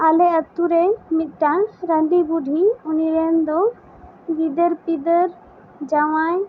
ᱟᱞᱮ ᱟᱛᱳ ᱨᱮ ᱢᱤᱫᱴᱟᱝ ᱨᱟᱺᱰᱤ ᱵᱩᱰᱷᱤ ᱩᱱᱤ ᱨᱮᱱ ᱫᱚ ᱜᱤᱫᱟᱹᱨ ᱯᱤᱫᱟᱹᱨ ᱡᱟᱶᱟᱭ